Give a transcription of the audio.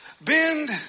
bend